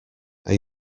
are